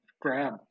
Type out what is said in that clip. grab